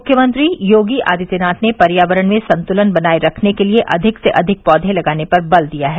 मुख्यमंत्री योगी आदित्यनाथ ने पर्यावरण में सन्तुलन बनाये रखने के लिए अधिक से अधिक पौधे लगाने पर बल दिया है